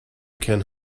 can